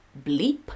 bleep